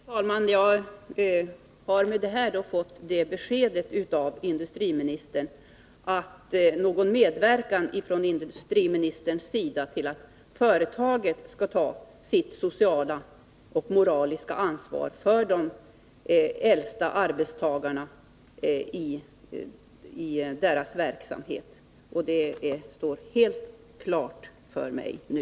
Fru talman! Jag har med detta fått beskedet av industriministern att någon medverkan från hans sida till att företaget skall ta sitt sociala och moraliska ansvar för de äldsta arbetstagarna inte är aktuell. Det står helt klart för mig nu.